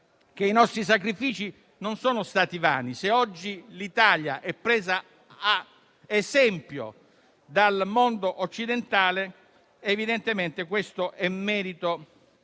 che i nostri sacrifici non sono stati vani. Se oggi l'Italia è presa ad esempio dal mondo occidentale, evidentemente questo è merito